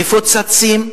מפוצצים.